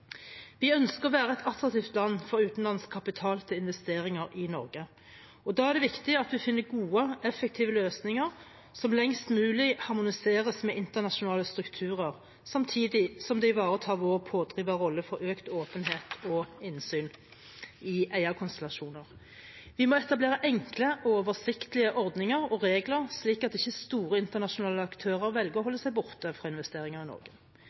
Vi ønsker at Norge skal være et attraktivt land for utenlandsk kapital til å investere i. Da er det viktig at man finner gode, effektive løsninger som lengst mulig harmoniseres med internasjonale strukturer, samtidig som det ivaretar vår pådriverrolle for økt åpenhet og innsyn i eierkonstellasjoner. Vi må etablere enkle og oversiktlige ordninger og regler slik at ikke store internasjonale aktører velger å holde seg borte fra investeringer i Norge.